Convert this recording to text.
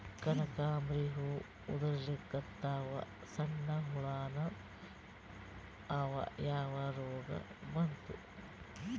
ಕನಕಾಂಬ್ರಿ ಹೂ ಉದ್ರಲಿಕತ್ತಾವ, ಸಣ್ಣ ಹುಳಾನೂ ಅವಾ, ಯಾ ರೋಗಾ ಬಂತು?